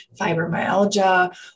fibromyalgia